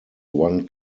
one